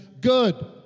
Good